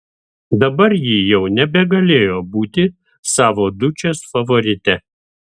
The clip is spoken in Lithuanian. dabar ji jau nebegalėjo būti savo dučės favorite